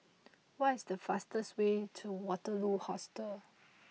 what is the fastest way to Waterloo Hostel